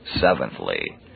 Seventhly